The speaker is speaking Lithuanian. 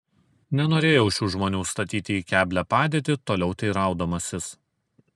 nenorėjau šių žmonių statyti į keblią padėtį toliau teiraudamasis